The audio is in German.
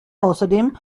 außerdem